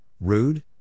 rude